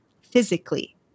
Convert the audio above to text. physically